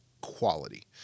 quality